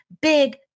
Big